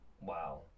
Wow